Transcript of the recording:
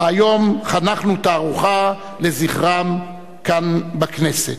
והיום חנכנו תערוכה לזכרם כאן בכנסת.